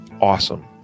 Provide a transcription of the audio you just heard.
awesome